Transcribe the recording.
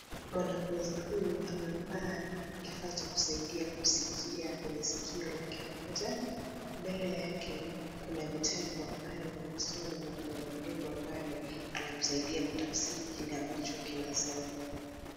Mwanafunzi huyu amevaa kifaa cha kusaidia kusikia kwenye sikio lake moja. Mbele yake, kuna vitabu ambayo anasoma na kuna mwalimu ambaye anamsaidia kutafsiri kile ambacho kinasemwa.